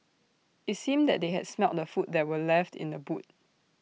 IT seemed that they had smelt the food that were left in the boot